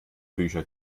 bücher